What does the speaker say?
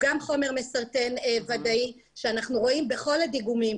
הוא חומר מסרטן ודאי שאנחנו רואים בכל הדיגומים,